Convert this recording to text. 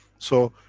so,